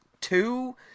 two